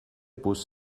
bus